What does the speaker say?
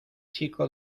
chico